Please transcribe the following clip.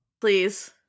Please